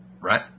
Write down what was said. right